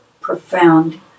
profound